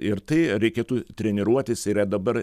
ir tai reikėtų treniruotis yra dabar